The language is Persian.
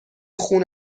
خون